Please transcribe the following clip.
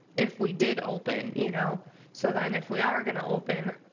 if we did open. you know so then if we are gonna open,